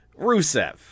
Rusev